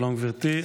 שלום, גברתי.